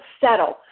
settle